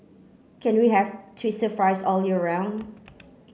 can we have twister fries all year round